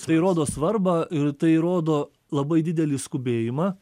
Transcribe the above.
tai rodo svarbą ir tai rodo labai didelį skubėjimą